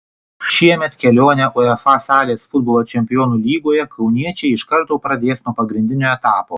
šiemet kelionę uefa salės futbolo čempionų lygoje kauniečiai iš karto pradės nuo pagrindinio etapo